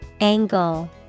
Angle